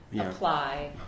apply